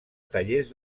tallers